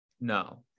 No